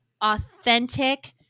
authentic